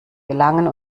gelangen